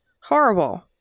Horrible